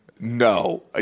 no